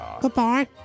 Goodbye